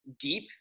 deep